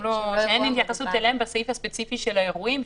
התייחסות אליהם בסעיף הספציפי של האירועים,